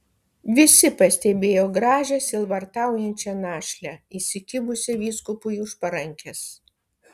visi pastebėjo gražią sielvartaujančią našlę įsikibusią vyskupui už parankės